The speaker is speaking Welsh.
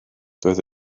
doedd